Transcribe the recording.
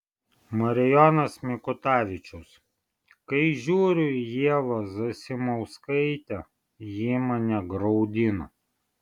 marijonas mikutavičius kai žiūriu į ievą zasimauskaitę ji mane graudina